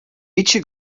bytsje